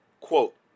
quote